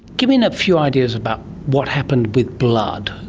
give me a few ideas about what happened with blood,